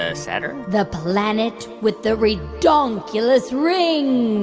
ah saturn. the planet with the ridonkulous rings.